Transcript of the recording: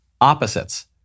opposites